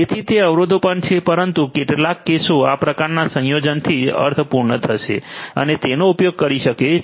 તેથી તે અવરોધો પણ છે પરંતુ કેટલાક કેસો આ પ્રકારના સંયોજનથી અર્થપૂર્ણ થશે અને તેનો ઉપયોગ કરી શકે છે